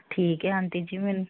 ਠੀਕ ਹੈ ਆਂਟੀ ਜੀ